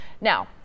now